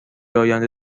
آینده